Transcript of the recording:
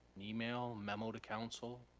an email? memo to council?